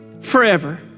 forever